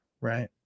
right